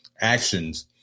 actions